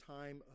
time